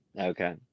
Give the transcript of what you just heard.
Okay